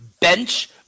bench